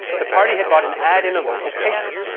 the party had bought an ad in a local paper,